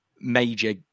major